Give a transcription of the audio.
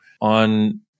on